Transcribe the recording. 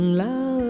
love